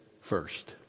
first